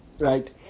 Right